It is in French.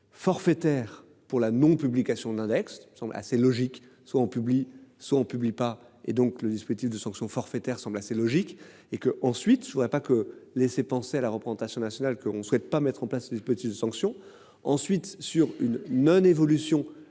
Forfaitaire pour la non-. Publication de l'index me semble assez logique, soit on publie son publie pas et donc le dispositif de sanctions forfaitaire semble assez logique et que ensuite soit pas que laisser penser à la représentation nationale qu'on ne souhaite pas mettre en place une petite sanction ensuite sur une non-évolution à partir de